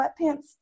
sweatpants